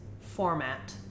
format